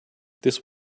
this